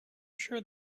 sure